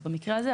במקרה הזה,